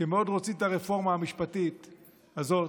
מאוד רוצים את הרפורמה המשפטית הזאת,